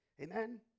Amen